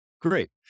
great